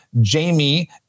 Jamie